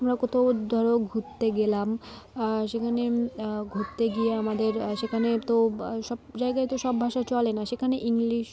আমরা কোথাও ধরো ঘুরতে গেলাম সেখানে ঘুরতে গিয়ে আমাদের সেখানে তো সব জায়গায় তো সব ভাষা চলে না সেখানে ইংলিশ